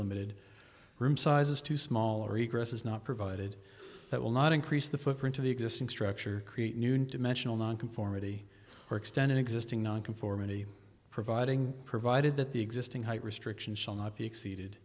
limited room sizes too small or is not provided that will not increase the footprint of the existing structure create new dimensional nonconformity or extend an existing nonconformity providing provided that the existing height restriction shall not be exceeded